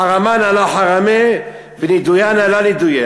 חרמנא לא חרמי ונידויינא לא נידויי,